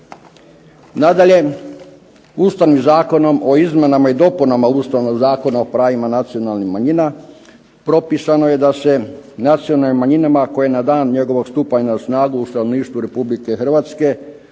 Nadalje, ustavnim zakonom o izmjenama i dopunama Ustavnog zakona o pravima nacionalnih manjina propisano je da se nacionalnim manjinama koje na dan njegovog stupanja na snagu u stanovništvu Republike Hrvatske